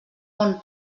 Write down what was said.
bon